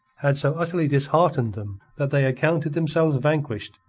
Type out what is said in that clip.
had so utterly disheartened them that they accounted themselves vanquished,